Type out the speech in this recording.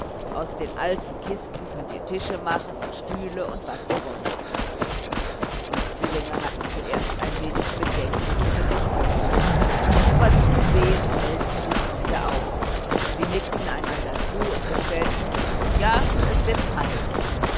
aus den alten kisten könnt ihr tische machen und stühle und was ihr nur wollt die zwillinge hatten zuerst ein wenig bedenkliche gesichter gemacht aber zusehends hellten sich diese auf jetzt nickten sie einander zu und betätigten ja es wird sein